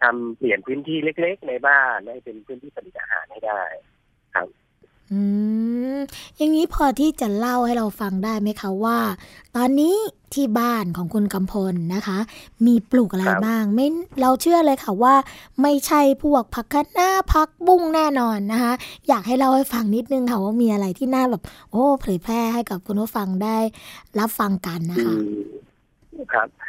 ทำเปลี่ยนพื้นที่เล็กๆในบ้านให้เป็นพื้นที่ผลิตอาหารให้ได้ครับอืม อย่างนี้พอที่จะเล่าให้เราฟังได้ไหมคะ ว่าตอนนี้ที่บ้านของคุณกำพลนะคะ มีปลูกอะไรครับบ้าง? ไม่- เราเชื่อเลยค่ะว่าไม่ใช่พวกผักคะน้าผักบุ้งแน่นอนนะคะ อยากให้เล่าให้ฟังนิดนึงค่ะ ว่ามีอะไรที่น่าแบบ โอ้ เผยแพร่ให้กับคุณผู้ฟังได้รับฟังกันนะคะอืม ครับ